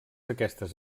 aquestes